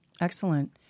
Excellent